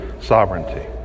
sovereignty